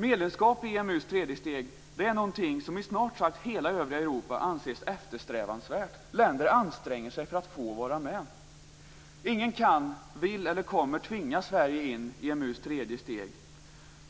Medlemskap i EMU:s tredje steg är någoting som i snart sagt hela övriga Europa anses eftersträvansvärt. Länder anstränger sig för att få vara med. Ingen kan, vill eller kommer att tvinga Sverige in i EMU:s tredje steg.